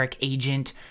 agent